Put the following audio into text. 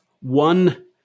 one